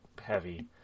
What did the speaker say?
heavy